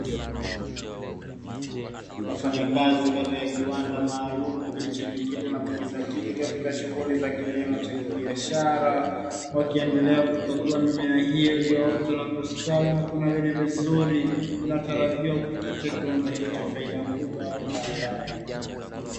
Wafanyakazi katika kiwanda maalumu kilichojikita na kujizatiti katika shughuli za kilimo cha kibiashara, wakiendelea kukagua mimea hiyo iliyoota na kustawi na kunawiri vizuri, inatarajiwa kukipatia kiwanda hicho faida kubwa hapo baadaye.